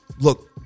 look